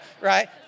right